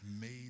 made